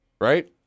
right